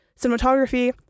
cinematography